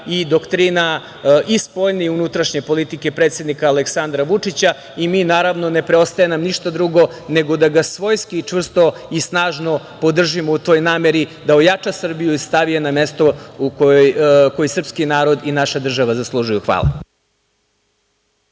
i doktrina spoljne i unutrašnje politike predsednika Aleksandra Vučića i, naravno, ne preostaje nam ništa drugo nego da ga svojski, čvrsto i snažno podržimo u toj nameri da ojača Srbiju i stavi je na mesto koje srpski narod i naša država zaslužuju. Hvala.